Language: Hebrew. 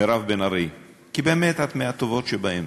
מירב בן ארי, כי באמת, את מהטובות שבהם.